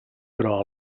però